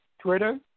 Twitter